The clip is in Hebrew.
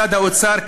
ומשרד האוצר,